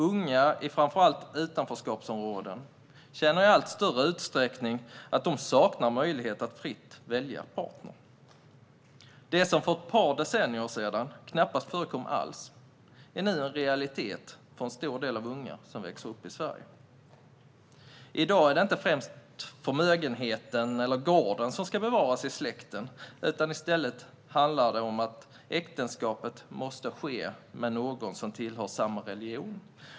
Unga, framför allt i utanförskapsområden, känner i allt större utsträckning att de saknar möjligheten att fritt välja partner. Det som för ett par decennier sedan knappast förekom alls är nu en realitet för en stor del av unga som växer upp i Sverige. I dag är det inte främst förmögenheten eller gården som ska bevaras i släkten. I stället handlar det om att äktenskapet måste ske med någon som tillhör samma religion.